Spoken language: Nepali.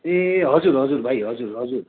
ए हजुर हजुर भाइ हजुर हजुर